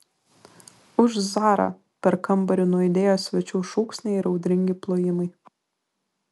už zarą per kambarį nuaidėjo svečių šūksniai ir audringi plojimai